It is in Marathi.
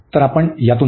तर आपण यातून जाऊ